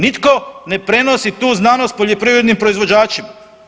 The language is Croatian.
Nitko ne prenosi tu znanost poljoprivrednim proizvođačima.